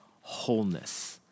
wholeness